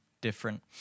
different